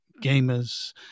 gamers